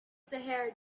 sahara